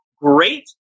great